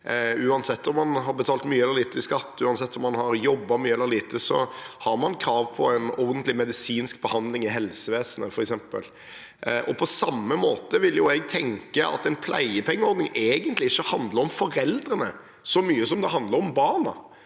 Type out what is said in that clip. Uansett om man har betalt mye eller lite i skatt, uansett om man har jobbet mye eller lite, har man f.eks. krav på en ordentlig medisinsk behandling i helsevesenet. På samme måte vil jeg tenke at en pleiepengeordning egentlig ikke handler så mye om foreldrene som den handler om barna.